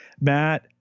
matt